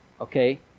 okay